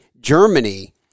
Germany